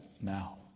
now